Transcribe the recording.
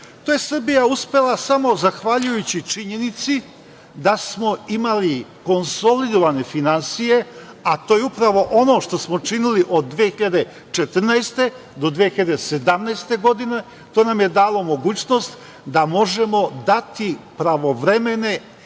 To je Srbija uspela samo zahvaljujući činjenici da smo imali konsolidovane finansije, a to je upravo ono što smo činili od 2014. do 2017. godine, to nam je dalo mogućnost da možemo dati pravovremene